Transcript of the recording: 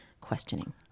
questioning